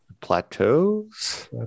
Plateaus